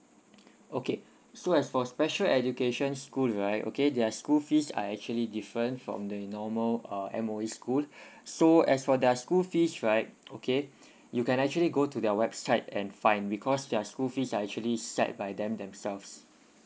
okay so as for special education school right okay their school fees are actually different from the normal uh M_O_E school so as for their school fees right okay you can actually go to their website and find because their school fees are actually set by them themselves